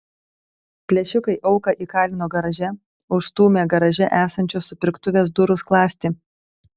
plėšikai auką įkalino garaže užstūmę garaže esančios supirktuvės durų skląstį